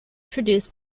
produced